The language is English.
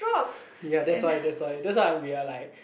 ya that's why that's why that's why we are like